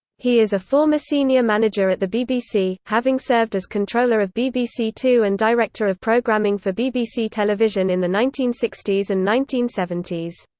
he is a former senior manager at the bbc, having served as controller of bbc two and director of programming for bbc television in the nineteen sixty s and nineteen seventy s.